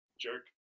jerk